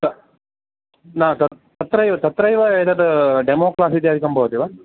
न न तत्रैव तत्रैव एतद् डेमो क्लास् इत्यादिकं भवति वा